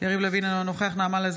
אוהד טל,